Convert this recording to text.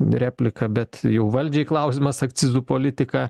replika bet jau valdžiai klausimas akcizų politika